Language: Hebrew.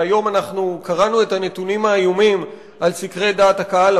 והיום אנחנו קראנו את הנתונים האיומים על סקרי דעת הקהל,